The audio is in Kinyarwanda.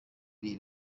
bihe